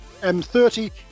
M30